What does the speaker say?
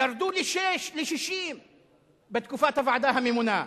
ירדו ל-60 בתקופת הוועדה הממונה,